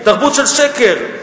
תרבות של שקר.